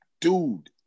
dude